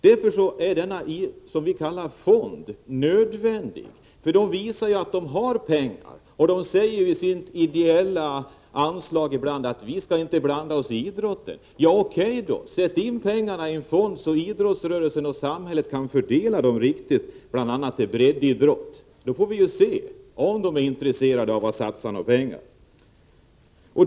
Därför är denna fond, som vi kallar det, nödvändig. Företagen visar ju att de har pengar, och de säger ibland i samband med sina ideella anslag att de inte skall blanda sig i idrotten. O. K., sätt då in pengarna i en fond så att idrottsrörelsen och samhället kan fördela dem riktigt, bl.a. till breddidrotten. Då får vi se om företagen är intresserade av att satsa några pengar.